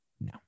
No